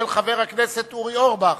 של חבר הכנסת אורי אורבך.